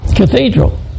Cathedral